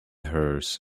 hers